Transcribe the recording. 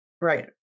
Right